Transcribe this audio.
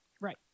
Right